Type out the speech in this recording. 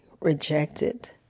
rejected